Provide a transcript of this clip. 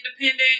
independent